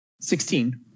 Sixteen